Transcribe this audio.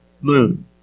moon